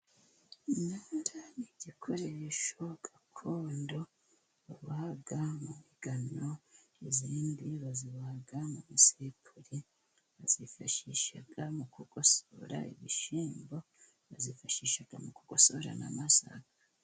Intara ni igikoresho gakondo baboha mu migano izindi baziboha mu misiripuri, bazifashisha mu kugosora ibishyimbo, bazifashisha mu kugosora n'amasaka.